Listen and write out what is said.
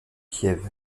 kiev